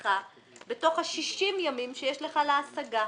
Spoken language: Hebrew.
אצלך בתוך ה-60 ימים שיש לך להשגה.